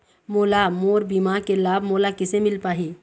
मोला मोर बीमा के लाभ मोला किसे मिल पाही?